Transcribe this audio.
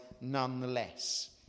nonetheless